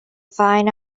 find